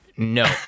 No